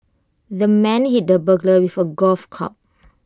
the man hit the burglar with A golf club